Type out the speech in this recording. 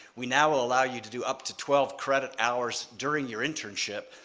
we now will allow you to do up to twelve credit hours during your internship,